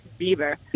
Bieber